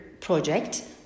project